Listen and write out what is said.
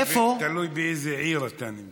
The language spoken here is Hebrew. תלוי באיזה עיר אתה נמצא.